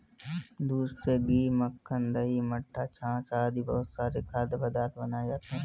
दूध से घी, मक्खन, दही, मट्ठा, छाछ आदि बहुत सारे खाद्य पदार्थ बनाए जाते हैं